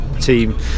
team